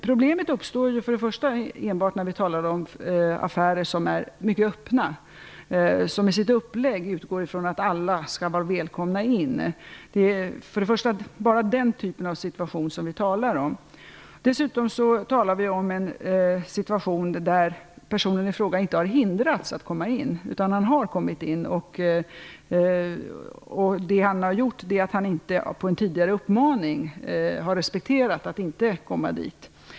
Problemet uppstår ju enbart när vi talar om affärer som är mycket öppna och som i sitt upplägg utgår ifrån att alla skall vara välkomna in. Det är bara den typen av situation som vi talar om. Dessutom talar vi om en situation där personen i fråga inte har hindrats att komma in utan har kommit in. Det han har gjort är att han inte på en tidigare uppmaning har respekterat att inte komma dit.